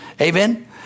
Amen